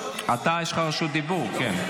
יש לך רשות דיבור, כן.